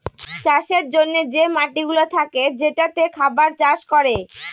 চাষের জন্যে যে মাটিগুলা থাকে যেটাতে খাবার চাষ করে